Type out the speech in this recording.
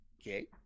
Okay